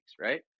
right